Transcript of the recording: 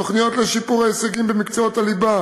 תוכניות לשיפור ההישגים במקצועות הליבה